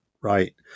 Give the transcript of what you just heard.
Right